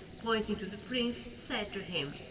pointing to the prince, said to him